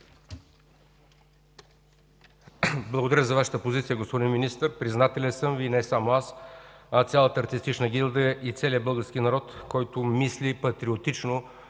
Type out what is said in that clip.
Благодаря за Вашата позиция, господин Министър. Признателен съм Ви и не само аз, а цялата артистична гилдия и целия български народ, който мисли патриотично,